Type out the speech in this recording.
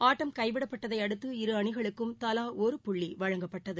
ஆட்டம் கைவிடப்பட்டதைஅடுத்து இரு அணிகளுக்கும் தவாஒரு புள்ளிவழங்கப்ட்டது